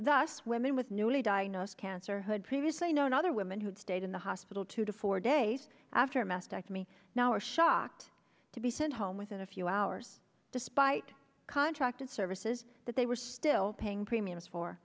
swimming with newly diagnosed cancer hood previously known other women who had stayed in the hospital two to four days after mastectomy now were shocked to be sent home within a few hours despite contracted services that they were still paying premiums for